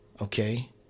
Okay